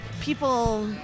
people